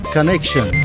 Connection